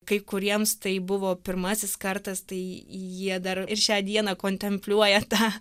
kai kuriems tai buvo pirmasis kartas tai jie dar ir šią dieną kontempliuoja tą